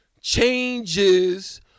Changes